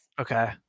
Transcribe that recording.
Okay